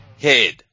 head